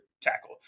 tackle